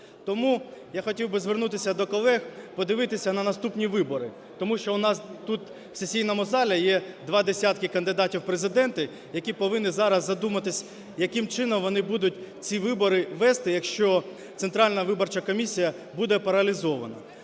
Тому я хотів би звернутися до колег подивитися на наступні вибори, тому що у нас тут в сесійному залі є два десятки кандидатів в президенти, які повинні зараз задуматись, яким чином вони будуть ці вибори вести, якщо Центральна виборча комісія буде паралізована.